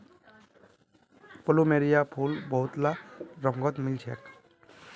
plumeria फूल बहुतला रंगत मिल छेक